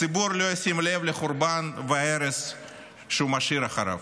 הציבור לא ישים לב לחורבן ולהרס שהוא משאיר אחריו.